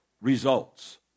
Results